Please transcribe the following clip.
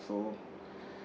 so